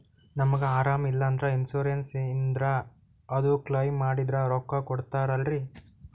ನಮಗ ಅರಾಮ ಇಲ್ಲಂದ್ರ ಇನ್ಸೂರೆನ್ಸ್ ಇದ್ರ ಅದು ಕ್ಲೈಮ ಮಾಡಿದ್ರ ರೊಕ್ಕ ಕೊಡ್ತಾರಲ್ರಿ?